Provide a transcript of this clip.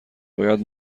باید